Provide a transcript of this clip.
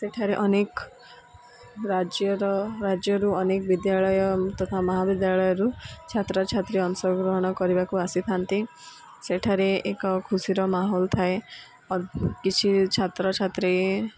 ସେଠାରେ ଅନେକ ରାଜ୍ୟର ରାଜ୍ୟରୁ ଅନେକ ବିଦ୍ୟାଳୟ ତଥା ମହାବିଦ୍ୟାଳୟରୁ ଛାତ୍ରଛାତ୍ରୀ ଅଂଶଗ୍ରହଣ କରିବାକୁ ଆସିଥାନ୍ତି ସେଠାରେ ଏକ ଖୁସିର ମାହୋଲ ଥାଏ କିଛି ଛାତ୍ରଛାତ୍ରୀ